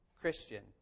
Christian